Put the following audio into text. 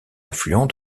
affluent